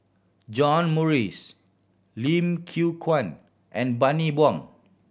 John Morrice Lim Yew Kuan and Bani Buang